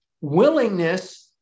Willingness